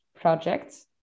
projects